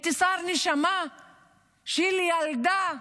אנתסאר, נשמה של ילדה קטנה,